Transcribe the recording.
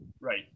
Right